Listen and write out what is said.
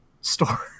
store